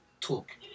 talk